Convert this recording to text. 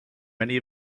many